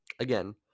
Again